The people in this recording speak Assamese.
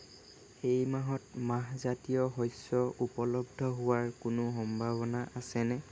এই মাহত মাহজাতীয় শস্য উপলব্ধ হোৱাৰ কোনো সম্ভাৱনা আছেনে